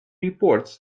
reports